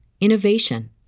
innovation